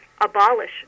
abolish